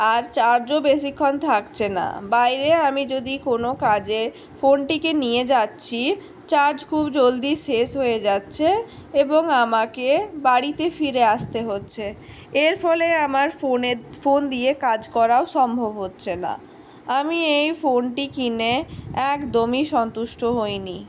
আর চার্জও বেশিক্ষণ থাকছে না বাইরে আমি যদি কোনো কাজে ফোনটিকে নিয়ে যাচ্ছি চার্জ খুব জলদি শেষ হয়ে যাচ্ছে এবং আমাকে বাড়িতে ফিরে আসতে হচ্ছে এর ফলে আমার ফোনের ফোন দিয়ে কাজ করাও সম্ভব হচ্ছে না আমি এই ফোনটি কিনে একদমই সন্তুষ্ট হইনি